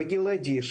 בגלעדי,